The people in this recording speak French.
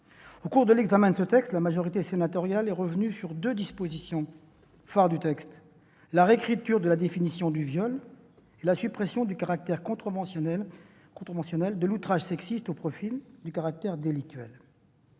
Au cours de l'examen de ce texte en première lecture, la majorité sénatoriale est revenue sur deux dispositions phares : la réécriture de la définition du viol et la suppression du caractère contraventionnel de l'outrage sexiste au profit du caractère délictuel.